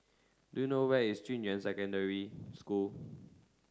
do you know where is Junyuan Secondary School